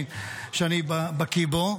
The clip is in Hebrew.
שאני בקיא בו.